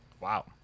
Wow